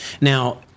now